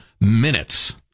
minutes